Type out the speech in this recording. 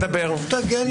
קורא אותך לסדר.